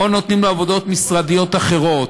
או שנותנים לו עבודות משרדיות אחרות.